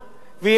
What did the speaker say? ויש,